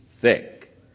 thick